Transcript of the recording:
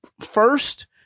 first